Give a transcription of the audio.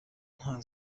nta